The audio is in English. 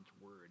word